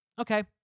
Okay